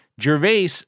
Gervais